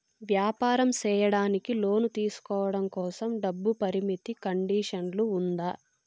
వ్యాపారం సేయడానికి లోను తీసుకోవడం కోసం, డబ్బు పరిమితి కండిషన్లు ఉందా?